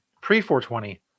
pre-420